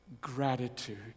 gratitude